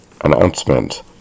Announcement